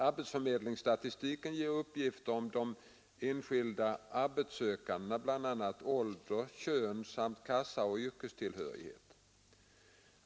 Arbetsförmedlingsstatistiken ger uppgifter om de enskilda arbetssökandena, bl.a. ålder, kön samt kassaoch yrkestillhörighet.